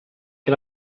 che